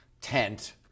tent